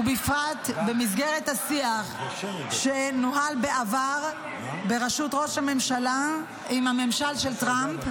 ובפרט במסגרת השיח שנוהל בעבר בראשות ראש הממשלה עם הממשל של טראמפ,